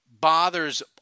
bothers